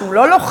כשהוא לא לוחץ,